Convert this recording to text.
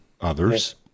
others